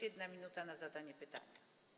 1 minuta na zadanie pytania.